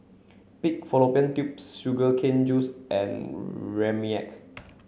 pig fallopian tubes sugar cane juice and Rempeyek